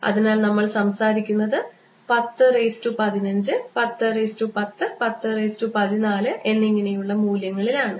അതിനാൽ നമ്മൾ സംസാരിക്കുന്നത് പത്ത് റെയ്സ്സ് ടു പതിനഞ്ച് പത്ത് റെയ്സ്സ് ടു പത്ത് പത്ത് റെയ്സ്സ് ടു പതിനാല് എന്നിങ്ങനെയുള്ള മൂല്യങ്ങളിൽ ആണ്